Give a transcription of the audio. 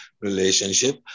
relationship